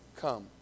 come